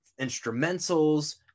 instrumentals